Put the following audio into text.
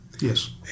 Yes